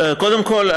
קודם כול,